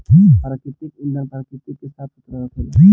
प्राकृतिक ईंधन प्रकृति के साफ सुथरा रखेला